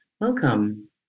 Welcome